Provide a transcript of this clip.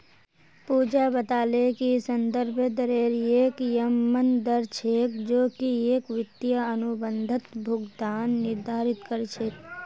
पूजा बताले कि संदर्भ दरेर एक यममन दर छेक जो की एक वित्तीय अनुबंधत भुगतान निर्धारित कर छेक